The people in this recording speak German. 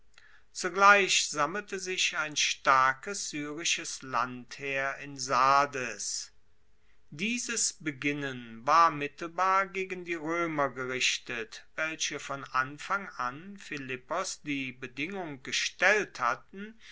zugleich sammelte sich ein starkes syrisches landheer in sardes dieses beginnen war mittelbar gegen die roemer gerichtet welche von anfang an philippos die bedingung gestellt hatten